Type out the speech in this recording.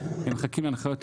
הם מחכים להנחיות.